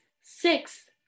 six